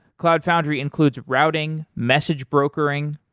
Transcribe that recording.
cloud foundry includes routing, message brokering,